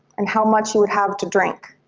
and how much you would have to drink.